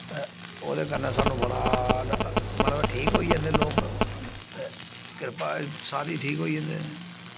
ते ओह्दे कन्नै सानू बड़ा मतलब ठीक होई जन्दे लोक ते कृपा सारी ठीक होई जन्दे